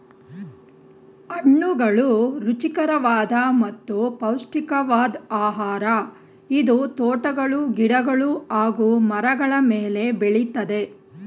ಹಣ್ಣುಗಳು ರುಚಿಕರವಾದ ಮತ್ತು ಪೌಷ್ಟಿಕವಾದ್ ಆಹಾರ ಇದು ತೋಟಗಳು ಗಿಡಗಳು ಹಾಗೂ ಮರಗಳ ಮೇಲೆ ಬೆಳಿತದೆ